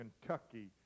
Kentucky